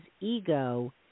ego